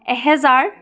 এহেজাৰ